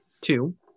Two